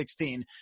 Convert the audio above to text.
2016